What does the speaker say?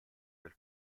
del